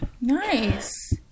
Nice